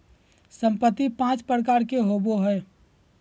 संपत्ति पांच प्रकार के होबो हइ